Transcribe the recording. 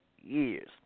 years